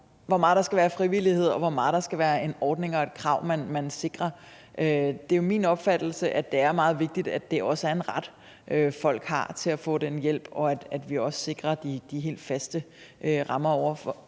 hvor meget der skal være frivillighed, og hvor meget der skal være en ordning og et krav, man sikrer. Det er min opfattelse, at det er meget vigtigt, at det også er en ret, folk har til at få den hjælp, og at vi også sikrer de helt faste rammer om det.